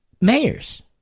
mayors